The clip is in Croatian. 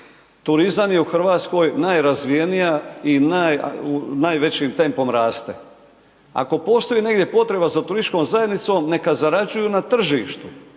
Turizam je u Hrvatskoj najrazvijenija i najvećim tempom raste. Ako postoji negdje potreba za turističkom zajednicom, neka zarađuju na tržištu.